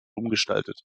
umgestaltet